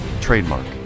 Trademark